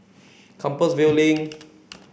Compassvale Link